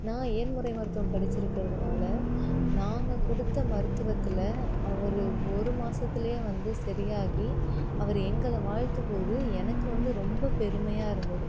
நான் இயன்முறை மருத்துவம் படிச்சிருக்கிறதுனால் நாங்கள் கொடுத்த மருத்துவத்தில் அவர் ஒரு மாசத்தில் வந்து சரியாகி அவர் எங்களை வாழ்த்தும்போது எனக்கு வந்து ரொம்ப பெருமையாக இருந்தது